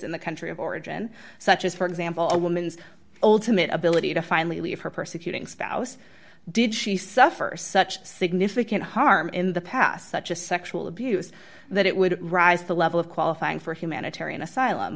in the country of origin such as for example a woman's ultimate ability to finally leave her persecuting spouse did she suffer such significant harm in the past such as sexual abuse that it would rise to the level of qualifying for humanitarian asylum